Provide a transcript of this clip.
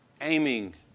aiming